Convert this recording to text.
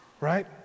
right